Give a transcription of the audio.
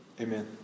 Amen